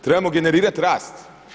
Trebamo generirati rast.